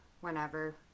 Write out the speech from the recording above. whenever